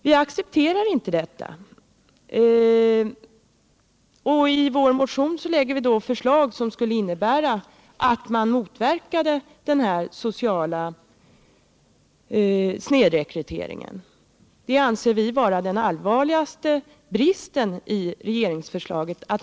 Vi accepterar inte detta och i vår motion lägger vi förslag som skulle innebära att man motverkade den här sociala snedrekryteringen. Att man inte har gjort någonting åt detta anser vi vara den allvarligaste bristen i regeringsförslaget.